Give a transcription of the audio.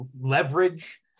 leverage